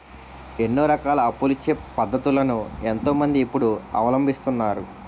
ఎన్నో రకాల అప్పులిచ్చే పద్ధతులను ఎంతో మంది ఇప్పుడు అవలంబిస్తున్నారు